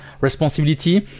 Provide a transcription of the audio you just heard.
responsibility